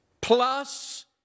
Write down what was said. plus